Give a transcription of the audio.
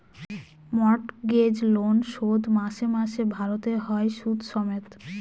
mortgage loan শোধ মাসে মাসে ভারতে হয় সুদ সমেত